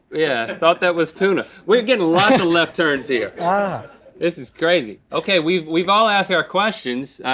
yeah, thought that was tuna. we're getting lots of left turns here. ah this is crazy. okay we've we've all asked our questions.